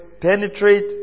penetrate